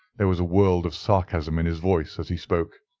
there was a world of sarcasm in his voice as he spoke.